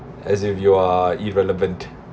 as if you are irrelevant